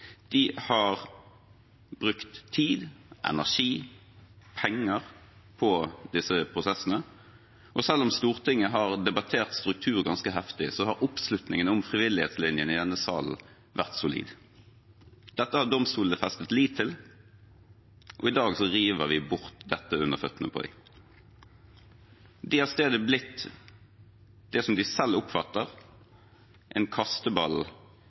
De har brukt tid, energi og penger på disse prosessene, og selv om Stortinget har debattert strukturen ganske heftig, har oppslutningen om frivillighetslinjen vært solid i denne salen. Dette har domstolene festet lit til, og i dag river vi bort dette under føttene på dem. De har i stedet blitt, som de selv oppfatter det, en kasteball